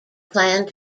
planned